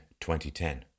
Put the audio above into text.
2010